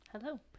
Hello